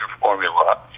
formula